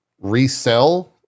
resell